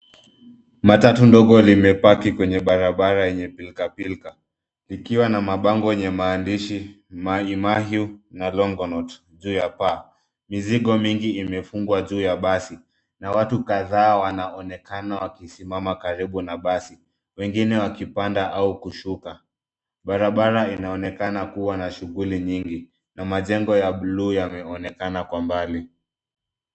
Matatu dogo limepaki kwenye barabara yenye pilkapilka, likiwa na mabango yenye maandishi Mai Mahiu na Longonot juu ya paa. Mizigo mingi imefungwa juu ya basi na watu kadhaa wanaonekana wakisimama karibu na basi, wengine wakipanda au kushuka. Barabara inaonekana kuwa na shughuli nyingi na majengo ya bluu yameonekana kwa mbali.